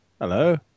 Hello